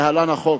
להלן: החוק,